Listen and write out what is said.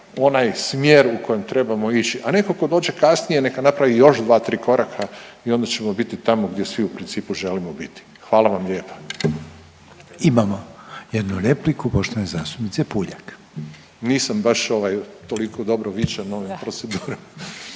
onaj smjer u kojem trebamo ići, a netko tko dođe kasnije neka napravi još dva, tri koraka i onda ćemo biti tamo gdje svi u principu želimo biti. Hvala vam lijepa. **Reiner, Željko (HDZ)** Imamo jednu repliku poštovane zastupnice Puljak. …/Upadica: Nisam baš toliko dobro vičan ovim procedurama./…